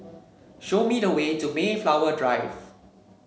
show me the way to Mayflower Drive